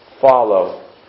follow